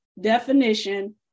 definition